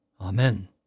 Amen